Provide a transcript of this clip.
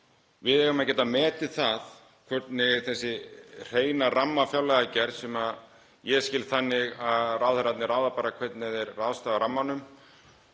við eigum að geta metið það hvernig þessi hreina rammafjárlagagerð — sem ég skil þannig að ráðherrarnir ráði bara hvernig þeir ráðstafa rammanum